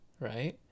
right